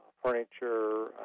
furniture